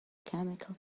chemical